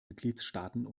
mitgliedstaaten